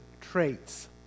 traits